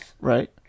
Right